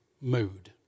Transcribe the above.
mood